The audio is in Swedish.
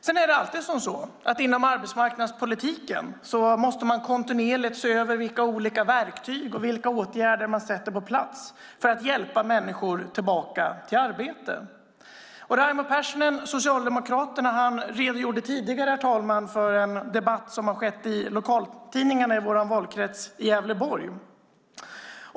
Sedan måste man alltid inom arbetsmarknadspolitiken kontinuerligt se över vilka verktyg och åtgärder man sätter på plats för att hjälpa människor tillbaka till arbete. Raimo Pärssinen från Socialdemokraterna redogjorde tidigare, herr talman, för en debatt som har skett i lokaltidningarna i vår valkrets Gävleborg.